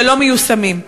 ולא מיושמים.